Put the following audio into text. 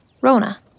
Rona